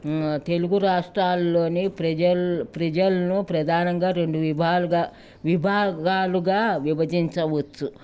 తెలుగు రాష్ట్రాల్లోని ప్రజల్ ప్రజలను ప్రధానంగా రెండు విభాలుగా విభాగాలుగా విభజించవచ్చు